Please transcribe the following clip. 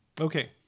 Okay